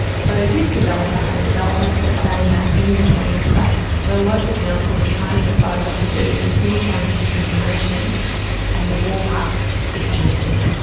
so this developer had a development that sat in that in-between space where local councils are trying to decide what to do with this new scientific information and the ballpark is changing.